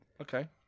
Okay